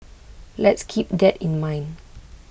let's keep that in mind